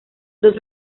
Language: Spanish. dos